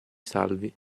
salvi